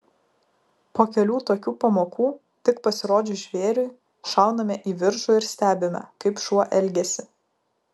po kelių tokių pamokų tik pasirodžius žvėriui šauname į viršų ir stebime kaip šuo elgiasi